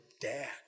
dad